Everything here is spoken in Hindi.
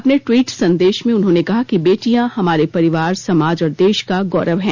अपने टवीट संदेश में उन्होंने कहा कि बेटियां हमारे परिवार समाज और देश का गौरव हैं